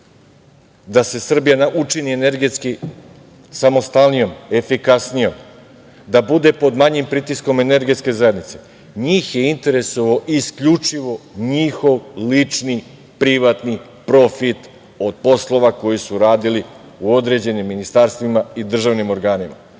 da se Srbija učini energetski samostalnijom, efikasnijom, da bude pod manjim pritiskom Energetske zajednice. Njih je interesovao isključivo njihov lični, privatni profit od poslova koje su radili u određenim ministarstvima i državnim organima.